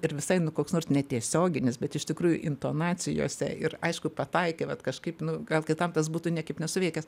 ir visai nu koks nors netiesioginis bet iš tikrųjų intonacijose ir aišku pataikė vat kažkaip nu gal kitam tas būtų niekaip nesuveikęs